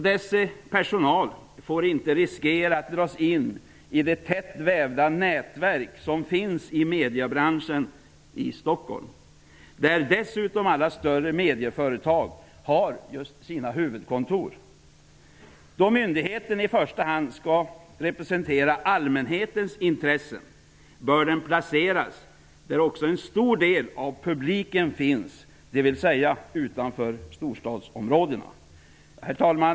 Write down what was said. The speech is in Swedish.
Dess personal får inte riskera att dras in i det tätt vävda nätverk som finns i mediebranschen i Stockholm, där dessutom alla större medieföretag har sina huvudkontor. Då dessa myndigheter i första hand skall representera allmänhetens intressen bör de placeras där en stor del av publiken finns, dvs. utanför storstadsområdena. Herr talman!